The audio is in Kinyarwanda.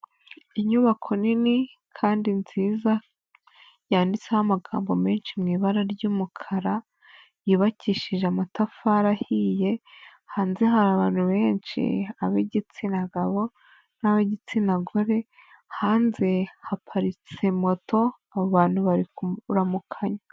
Inyubako nini, kandi nziza, yanditseho amagambo menshi mu ibara ry'umukara, yubakishije amatafari ahiye, hanze hari abantu benshi, abigitsina gabo n'abigitsina gore, hanze haparitse moto, abo bantu bari kuramukanya.